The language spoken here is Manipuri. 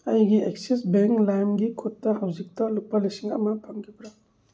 ꯑꯩꯒꯤ ꯑꯦꯛꯁꯤꯁ ꯕꯦꯡ ꯂꯥꯏꯝꯒꯤ ꯈꯨꯠꯇ ꯍꯧꯖꯤꯛꯇ ꯂꯨꯄꯥ ꯂꯤꯁꯤꯡ ꯑꯃ ꯐꯪꯈꯤꯕ꯭ꯔꯥ